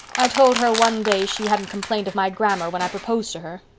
i told her one day she hadn't complained of my grammar when i proposed to her.